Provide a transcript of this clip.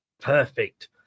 Perfect